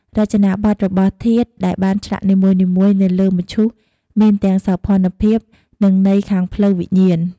រចនាបទរបស់ធាតុដែលបានឆ្លាក់នីមួយៗនៅលើមឈូស មានទាំងសោភ័ណភាព និង ន័យខាងផ្លូវវិញ្ញាណ។